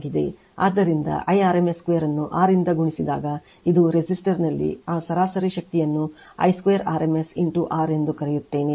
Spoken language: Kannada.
ಆದ್ದರಿಂದ Irms2 ಅನ್ನುR ಇಂದ ಗುಣಿಸಿದಾಗ ಇದು ರೆಸಿಸ್ಟರ್ನಲ್ಲಿ ಆ ಸರಾಸರಿ ಶಕ್ತಿಯನ್ನು Irms2 ಇಂಟು R ಎಂದು ಕರೆಯುತ್ತೇನೆ